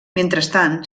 mentrestant